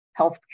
healthcare